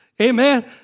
Amen